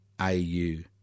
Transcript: A-U